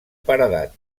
paredat